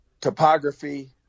topography